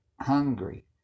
hungry